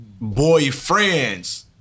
boyfriends